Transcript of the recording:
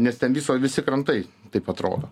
nes ten viso visi krantai taip atrodo